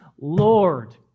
Lord